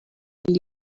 tell